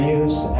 use